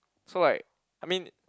so like I mean